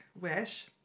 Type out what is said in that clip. wish